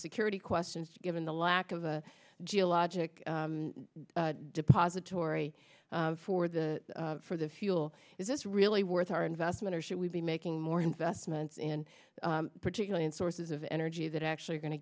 security questions given the lack of a geologic depository for the for the fuel is this really worth our investment or should we be making more investments and particularly in sources of energy that actually going to